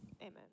Amen